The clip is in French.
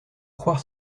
croire